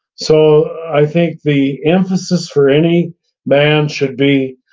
so i think the emphasis for any man should be,